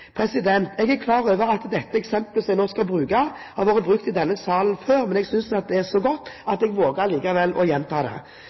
Jeg er klar over at dette eksemplet som jeg nå skal bruke, har vært brukt i denne salen før, men jeg synes det er så godt at jeg likevel våger å gjenta det.